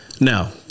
Now